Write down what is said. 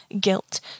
Guilt